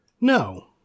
No